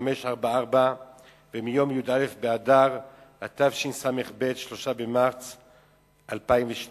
1544 מיום י"א באדר התשס"ב, 3 במרס 2002,